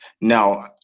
Now